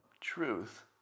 truth